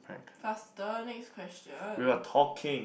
faster next question